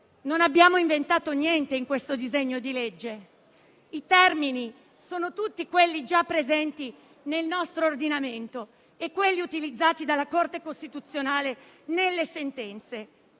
non abbiamo inventato niente in questo disegno di legge; i termini sono tutti quelli già presenti nel nostro ordinamento e quelli utilizzati dalla Corte costituzionale nelle sentenze.